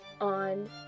on